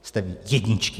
Jste jedničky!